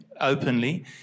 openly